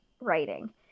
writing